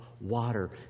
water